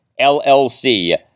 LLC